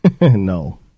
No